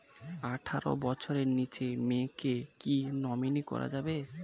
আঠারো বছরের নিচে মেয়েকে কী নমিনি করা যাবে?